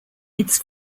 its